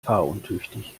fahruntüchtig